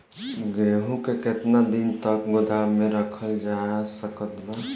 गेहूँ के केतना दिन तक गोदाम मे रखल जा सकत बा?